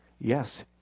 yes